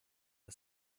das